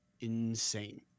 insane